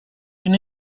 even